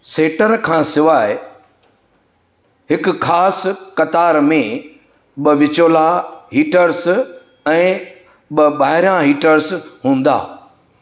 shutter खां सवाइ हिक ख़ासि क़तार में ॿ विचोला हिटर्स ऐं ॿ ॿाहिरियां हिटर्स हूंदा